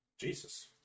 Jesus